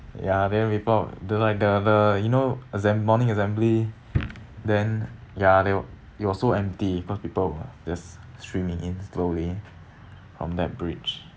ya then we pull out the like the the you know assemble morning assembly then ya there were it was so empty cause people were just streaming in slowly from that bridge